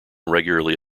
regularly